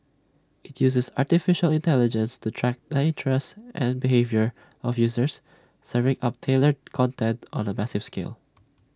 IT uses Artificial Intelligence to track the interests and behaviour of users serving up tailored content on A massive scale